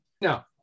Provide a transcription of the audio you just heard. Now